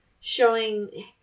showing